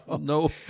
No